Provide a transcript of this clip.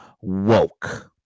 woke